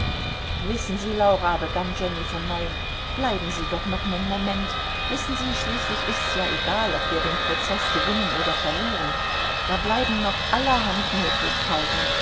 wissen sie laura begann jenny von neuem bleiben sie doch noch nen moment wissen sie schließlich ist's ja egal ob wir den prozeß gewinnen oder verlieren da bleiben noch allerhand möglichkeiten